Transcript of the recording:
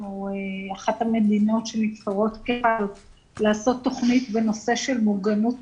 אנחנו אחד המדינות שנבחרות לעשות תכנית בנושא של מוגנות